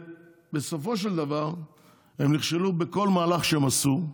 בסופו של דבר הם נכשלו בכל מהלך שהם עשו.